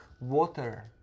water